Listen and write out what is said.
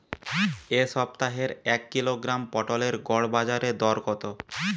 এ সপ্তাহের এক কিলোগ্রাম পটলের গড় বাজারে দর কত?